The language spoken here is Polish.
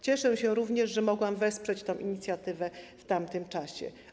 Cieszę się również, że mogłam wesprzeć tę inicjatywę w tamtym czasie.